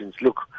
Look